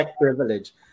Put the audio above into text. privilege